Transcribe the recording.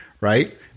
right